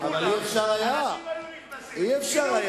אי-אפשר היה